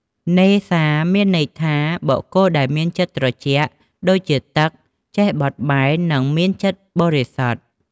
នេសា មានន័យថា បុគ្គលដែលមានចិត្តត្រជាក់ដូចជាទឹក ចេះបត់បែន និងមានចិត្តបរិសុទ្ធ។